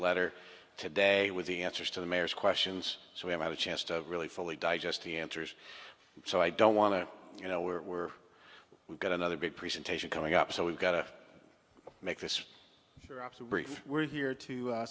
letter today with the answers to the mayor's questions so we have a chance to really fully digest the answers so i don't want to you know we're we've got another big presentation coming up so we've got to make this brief we're here to